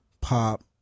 pop